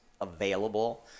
available